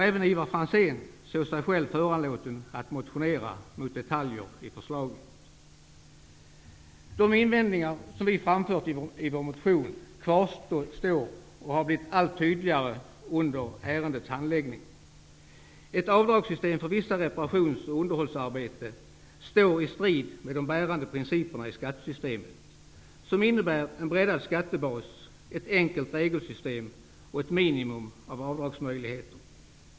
Även Ivar Franzén såg sig föranlåten att motionera mot detaljer i förslaget. De invändningar som vi har framfört i vår motion kvarstår; nackdelarna har blivit allt tydligare under ärendets handläggning. Ett system med avdrag för vissa reparations och underhållsarbeten står i strid med de bärande principerna i skattesystemet, som innebär en breddad skattebas, ett enkelt regelsystem och ett minimum av avdragsmöjligheter.